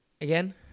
again